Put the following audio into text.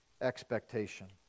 expectation